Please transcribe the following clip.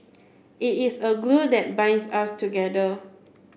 it is a glue that binds us together